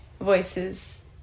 voices